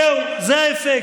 זהו, זה האפקט.